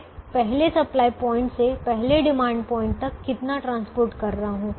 मैं पहले supply point से पहले डिमांड पॉइंट तक कितना परिवहन कर रहा हूं